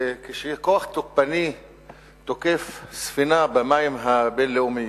כשכוח תוקפני תוקף ספינה במים הבין-לאומיים,